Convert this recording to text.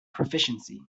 proficiency